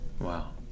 Wow